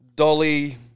Dolly